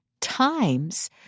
times